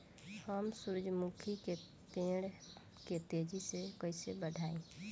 हम सुरुजमुखी के पेड़ के तेजी से कईसे बढ़ाई?